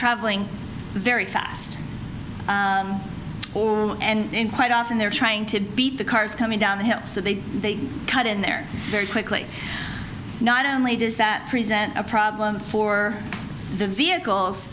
traveling very fast and quite often they're trying to beat the cars coming down the hill so they cut in there very quickly not only does that present a problem for the vehicles